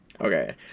Okay